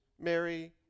Mary